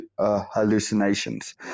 hallucinations